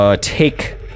Take